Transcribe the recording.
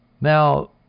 Now